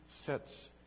sets